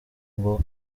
ngo